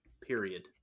period